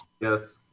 Yes